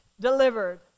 delivered